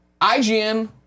IGN